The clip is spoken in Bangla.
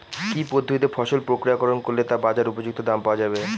কি পদ্ধতিতে ফসল প্রক্রিয়াকরণ করলে তা বাজার উপযুক্ত দাম পাওয়া যাবে?